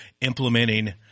implementing